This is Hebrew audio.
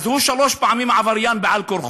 הוא שלוש פעמים עבריין על-כורחו.